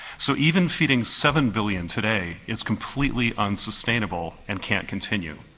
so even feeding seven billion today is completely unsustainable and can't continue.